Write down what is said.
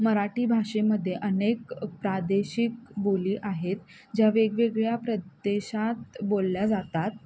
मराठी भाषेमध्ये अनेक प्रादेशिक बोली आहेत ज्या वेगवेगळ्या प्रदेशात बोलल्या जातात